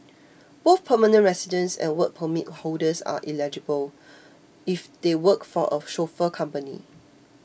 both permanent residents and Work Permit holders are eligible if they work for a chauffeur company